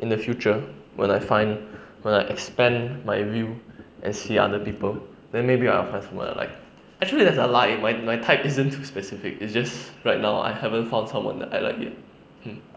in the future when I find when I expand my view and see other people then maybe I'll find someone I like actually that's a lie my my type isn't too specific is just right now I haven't found someone that I like yet hmm